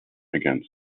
against